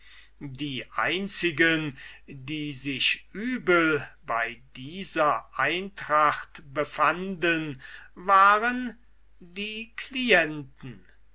die einzigen die sich übel bei dieser eintracht befanden waren die clienten